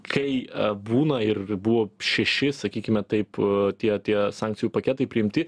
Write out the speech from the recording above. kai būna ir buvo šeši sakykime taip tie tie sankcijų paketai priimti